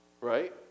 right